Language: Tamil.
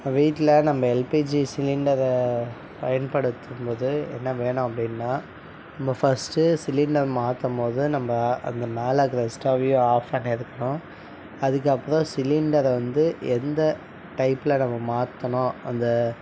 வீட்டில் நம்ம எல்பிஜி சிலிண்டரை பயன்படுத்தும் போது என்ன வேணும் அப்படின்னா நம்ம ஃபஸ்ட்டு சிலிண்டர் மாற்றும் போது நம்ம அந்த மேலே இருக்கிற ஸ்டவ்வெயும் ஆஃப் பண்ணியிருக்கணும் அதுக்கு அப்புறம் சிலிண்டரை வந்து எந்த டைப்பில் நம்ம மாற்றணும் அந்த